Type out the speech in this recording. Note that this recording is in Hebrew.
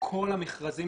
כל המכרזים